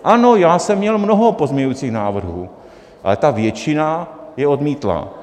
Ano, já jsem měl mnoho pozměňovacích návrhů, ale ta většina je odmítla.